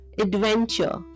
adventure